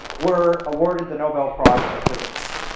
were awarded the nobel prize for physics.